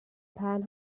pan